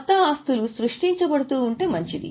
కొత్త ఆస్తులు సృష్టించబడుతుంటే మంచిది